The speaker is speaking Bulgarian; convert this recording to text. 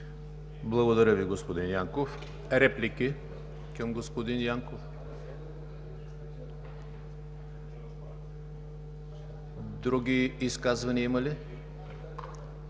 Благодаря Ви, господин Янков. Реплики към господин Янков? Други изказвания има ли?